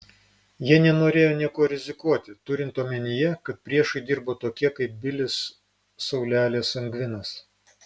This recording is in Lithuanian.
jie nenorėjo niekuo rizikuoti turint omenyje kad priešui dirbo tokie kaip bilis saulelė sangvinas